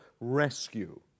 rescue